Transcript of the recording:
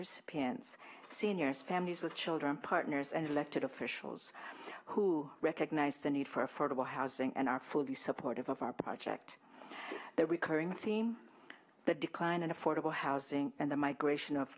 recipients seniors families with children partners and elected officials who recognize the need for affordable housing and are fully supportive of our project their recurring theme the decline in affordable housing and the migration of